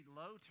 low